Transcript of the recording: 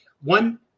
One